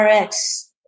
RX